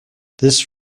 this